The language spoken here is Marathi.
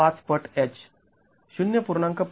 ५ पट H ०